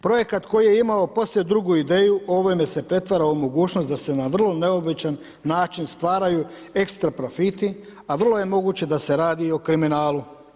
Projekat koji je imao posve drugu ideju, ovome se pretvara u mogućnost da se na vrlo neobičan način stvaraju ekstra profiti, a vrlo je moguće da se radi o kriminalu.